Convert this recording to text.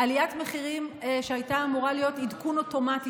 עליית מחירים שהייתה אמורה להיות עדכון אוטומטי